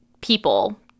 people